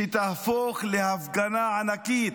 שתהפוך להפגנה ענקית.